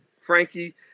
Frankie